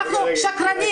אנחנו שקרנים.